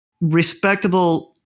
respectable